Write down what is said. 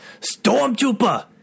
Stormtrooper